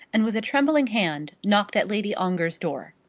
and with a trembling hand knocked at lady ongar's door.